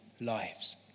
lives